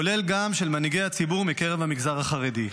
כולל גם של מנהיגי הציבור מקרב המגזר החרדי.